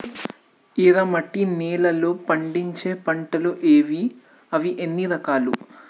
ఎర్రమట్టి నేలలో పండించే పంటలు ఏవి? అవి ఎన్ని రకాలు?